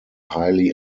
highly